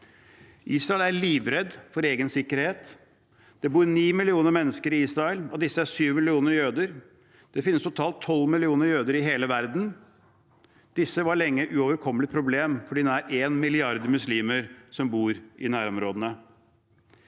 Israel er livredd for sin egen sikkerhet. Det bor ni millioner mennesker i Israel, og av disse er sju millioner jøder. Det finnes totalt tolv millioner jøder i hele verden. Disse var lenge et uoverkommelig problem for de nesten én milliard muslimene som bor i nærområdene.